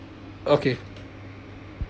okay